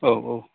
औ औ